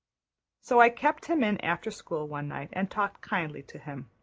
so i kept him in after school one night and talked kindly to him.